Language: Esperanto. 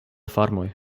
farmoj